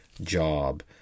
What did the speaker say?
job